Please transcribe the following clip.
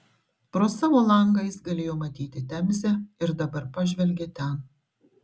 pro savo langą jis galėjo matyti temzę ir dabar pažvelgė ten